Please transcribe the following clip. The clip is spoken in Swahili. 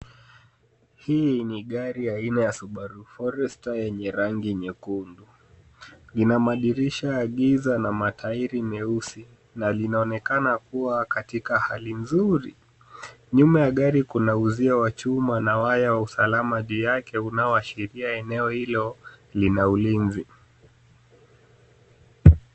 Hii ni gari aina ya Subaru Forester yenye rangi nyekundu. Ina madirisha ya giza na matairi meusi na linaonekana kuwa katika hali nzuri. Nyuma ya gari kuna uzio wa chuma na waya wa usalama juu yake unaoashiria eneo hilo lina ulinzi.